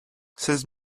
seize